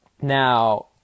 Now